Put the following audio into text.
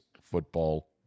Football